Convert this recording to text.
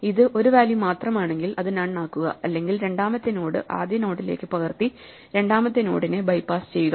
ഇത് 1 വാല്യൂ മാത്രമാണെങ്കിൽ അത് നൺ ആക്കുക ഇല്ലെങ്കിൽ രണ്ടാമത്തെ നോഡ് ആദ്യ നോഡിലേക്ക് പകർത്തി രണ്ടാമത്തെ നോഡിനെ ബെപാസ്സ് ചെയ്യുക